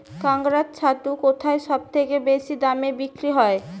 কাড়াং ছাতু কোথায় সবথেকে বেশি দামে বিক্রি হয়?